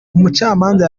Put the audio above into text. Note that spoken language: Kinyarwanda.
umucamanza